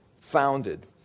founded